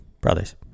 brothers